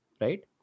right